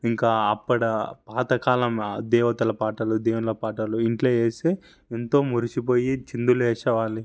ఇంక అప్పడా ఆ పాత కాలం దేవతల పాటలు దేవున్ల పాటలు ఇంట్లో వేసి ఎంతో మురిసిపోయి చిందులు వేసేవాడిని